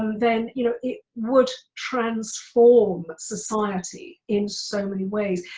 um then, you know it would transform society in so many ways.